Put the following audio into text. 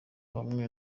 hamwe